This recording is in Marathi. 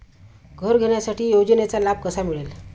घर घेण्यासाठी योजनेचा लाभ कसा मिळेल?